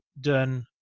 done